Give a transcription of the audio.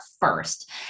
first